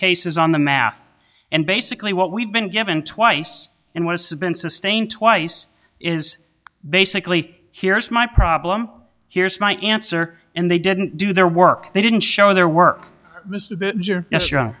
case is on the math and basically what we've been given twice and what's been sustained twice is basically here's my problem here's my answer and they didn't do their work they didn't show their work